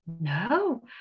no